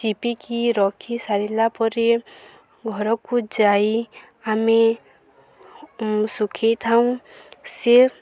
ଚିପୁଡ଼ିକି ରଖି ସାରିଲା ପରେ ଘରକୁ ଯାଇ ଆମେ ଶୁଖେଇଥାଉ ସେ